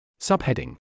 Subheading